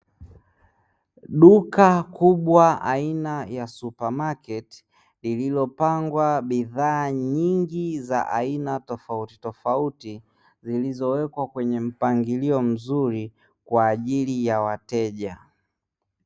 Duka kubwa aina ya Supermarket, lililopangwa bidhaa nyingi za aina tofauti tofauti zilizowekwa kwenye mpangilio mzuri, kwaajili ya wateja.